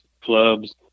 clubs